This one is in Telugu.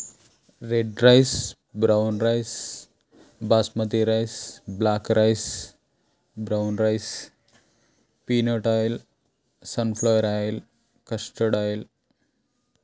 red rice brown rice basmati rice black rice brown rice peanut oil sunflower oil custard oil